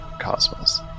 cosmos